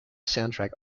soundtrack